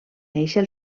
néixer